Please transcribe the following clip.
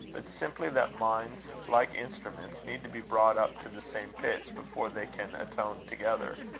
but simply that minds, like instruments, need to be brought up to the same pitch, before they can atone together,